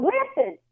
Listen